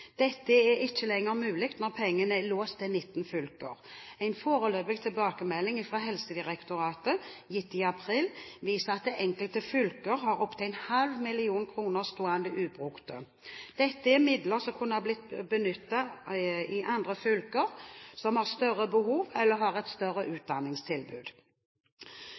Dette er ikke lenger mulig når pengene er låst til 19 fylker. En foreløpig tilbakemelding fra Helsedirektoratet gitt i april viser at enkelte fylker har opptil en halv million kroner stående ubrukt. Dette er midler som kunne ha blitt benyttet i andre fylker som har større behov, eller har et større utdanningstilbud.